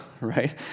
right